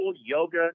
yoga